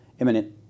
imminent